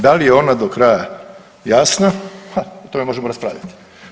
Da li je ona do kraja jasna ha i o tome možemo raspravljati.